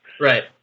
Right